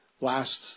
last